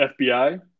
FBI